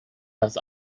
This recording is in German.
das